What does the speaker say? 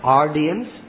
audience